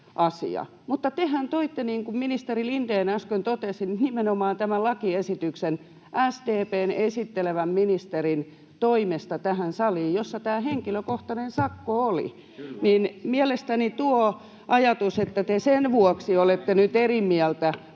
Mutta tehän toitte, niin kuin ministeri Lindén äsken totesi, nimenomaan tämän lakiesityksen SDP:n esittelevän ministerin toimesta tähän saliin, ja siinä tämä henkilökohtainen sakko oli. Mielestäni tuo ajatus, että te sen vuoksi olette nyt eri mieltä